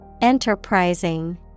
Enterprising